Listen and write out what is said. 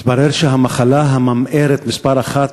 מתברר שהמחלה הממארת מספר אחת,